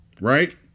right